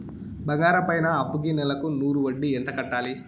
బంగారం పైన అప్పుకి నెలకు నూరు వడ్డీ ఎంత కట్టాలి?